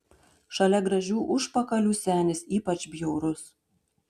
šalia gražių užpakalių senis ypač bjaurus